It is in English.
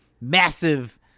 massive